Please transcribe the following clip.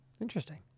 Interesting